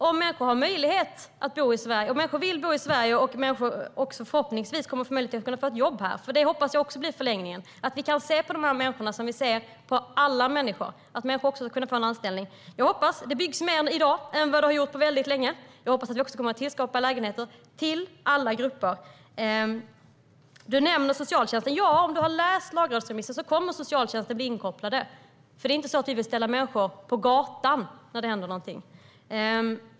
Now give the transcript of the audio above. Om människor vill och har möjlighet att bo i Sverige och förhoppningsvis kan få ett jobb här hoppas jag att det också blir så i förlängningen, att vi kan se på dessa människor så som vi ser på alla människor och att de kan få en anställning. Jag hoppas det. Det byggs mer i dag än vad det har gjorts på väldigt länge. Jag hoppas att vi kommer att kunna skapa lägenheter till alla grupper. Du nämnde socialtjänsten, Mikael Eskilandersson. Ja, om du har läst lagrådsremissen vet du att socialtjänsten kommer att bli inkopplad. Det är inte så att vi vill ställa människor på gatan när det händer något.